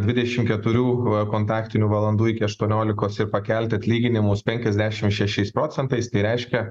dvidešimt keturių kontaktinių valandų iki aštuoniolikos ir pakelti atlyginimus penkiasdešimt šešiais procentais tai reiškia